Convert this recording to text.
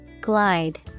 Glide